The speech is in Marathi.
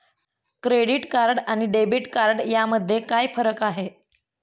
क्रेडिट कार्ड आणि डेबिट कार्ड यामध्ये काय फरक आहे?